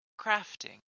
crafting